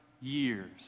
years